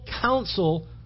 counsel